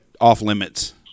off-limits